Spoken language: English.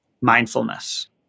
mindfulness